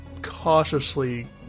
cautiously